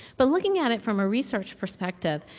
but looking at it from a research perspective,